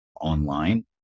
online